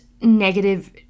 negative